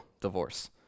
divorce